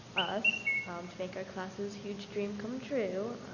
us to make our classes huge dream come true.